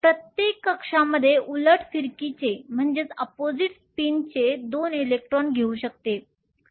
प्रत्येक कक्षामध्ये उलट फिरकीचे 2 इलेक्ट्रॉन घेऊ शकते